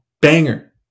Banger